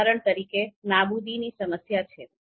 ઉદાહરણ તરીકે નાબૂદીની સમસ્યા છે